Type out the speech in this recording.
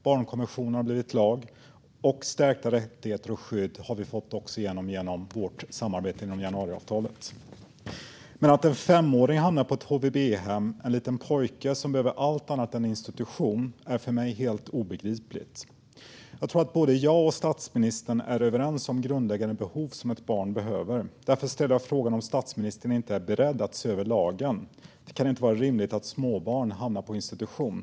Barnkonventionen har blivit lag, och vi har fått stärkta rättigheter och stärkt skydd också genom vårt samarbete i januariavtalet. Men att en femåring hamnar på HVB-hem - en liten pojke som behöver allt annat än en institution - är för mig helt obegripligt. Jag tror att både jag och statsministern är överens när det gäller de grundläggande behoven hos ett barn. Därför ställer jag frågan om statsministern är beredd att se över lagen. Det kan inte vara rimligt att småbarn hamnar på institution.